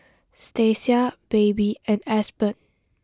Stacia Baby and Aspen